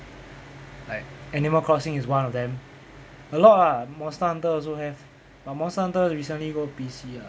like animal crossing is one of them a lot ah monster hunter also have but monster hunter recently go P_C ah